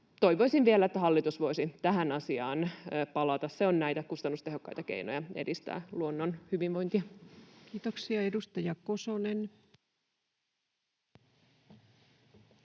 Toivoisin vielä, että hallitus voisi tähän asiaan palata. Se on näitä kustannustehokkaita keinoja edistää luonnon hyvinvointia. [Speech 352] Speaker: